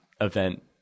event